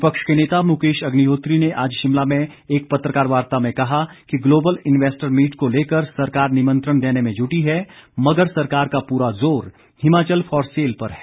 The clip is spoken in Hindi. विपक्ष के नेता मुकेश अग्निहोत्री ने आज शिमला में एक पत्रकार वार्ता में कहा कि ग्लोबल इन्वेस्टर मीट को लेकर सरकार निमंत्रण देने में जुटी है मगर सरकार का पूरा जोर हिमाचल फॉर सेल पर है